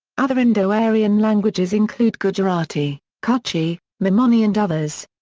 other indo-aryan languages include gujarati, kutchi, memoni and others.